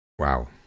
Wow